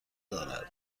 دارد